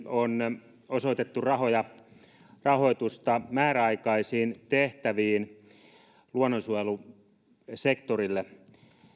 on osoitettu rahoitusta määräaikaisiin tehtäviin luonnonsuojelusektorille